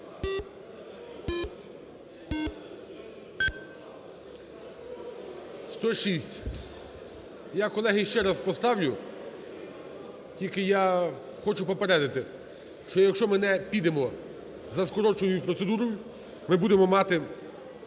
За-106 Я, колеги, ще раз поставлю. Тільки я хочу попередити, що якщо ми не підемо за скороченою процедурою, ми будемо мати